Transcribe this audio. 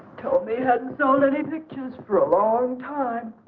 so know the pictures for a long time.